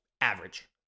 average